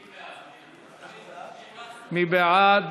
מי בעד?